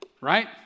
Right